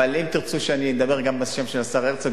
אבל אם תרצו שאני אדבר גם בשם השר הרצוג,